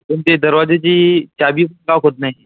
तुमची दरवाजाची चावीच लॉक होत नाही आहे